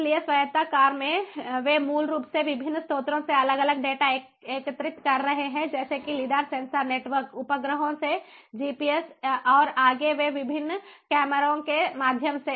इसलिए स्वायत्त कार वे मूल रूप से विभिन्न स्रोतों से अलग अलग डेटा एकत्रित कर रहे हैं जैसे कि LiDAR सेंसर नेटवर्क उपग्रहों से जीपीएस और आगे के विभिन्न कैमरों के माध्यम से